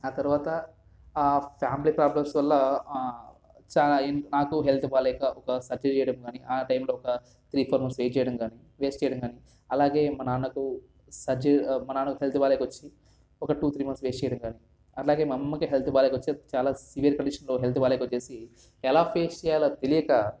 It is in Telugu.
ఆ తర్వాత ఫ్యామిలీ ప్రాబ్లమ్స్ వల్ల చానా నాకు హెల్త్ బాగాలేక ఒక సర్జరీ చేయడం కాని ఆ టైంలో ఒక త్రీ ఫోర్ మంత్స్ వెయిట్ చేయడం కాని వేస్ట్ చేయడం కాని అలాగే మా నాన్నకు సర్జరీ మా నాన్నకు హెల్త్ బాగాలేక వచ్చింది ఒక టూ త్రీ మంత్స్ వేస్ట్ చేయడం కాని అట్లాగే మా అమ్మకి హెల్త్ బాగాలేక వచ్చింది చాలా సివియర్ కండిషన్లో హెల్త్ బాగాలేక వచ్చేసి ఎలా ఫేస్ చేయాలో తెలీక